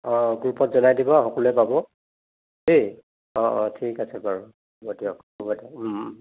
অঁ গ্ৰুপত জনাই দিব সকলোৱে পাব দেই অঁ অঁ ঠিক আছে বাৰু হ'ব দিয়ক হ'ব দিয়ক